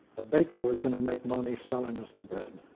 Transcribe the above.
the baker was gonna make money selling us the bread.